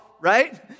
right